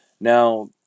Now